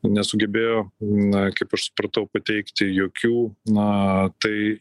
nesugebėjo na kaip aš supratau pateikti jokių na tai